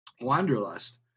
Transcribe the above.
wanderlust